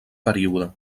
període